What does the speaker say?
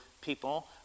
people